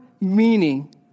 meaning